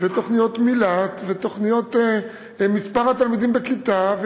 תוכניות מיל"ת ומספר התלמידים בכיתה,